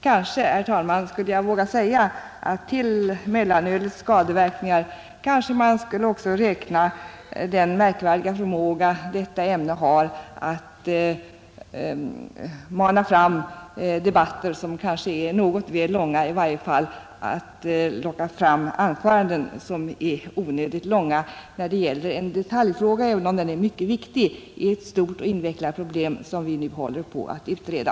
Jag vågar kanske också, herr talman, säga att till mellanölets skadeverkningar även borde räknas detta ämnes märkliga förmåga att mana fram debatter, som är väl långa — i varje fall onödigt långa anföranden. Det gäller ändå en detaljfråga — om än mycket viktig — i ett stort och invecklat problem som vi håller på att utreda.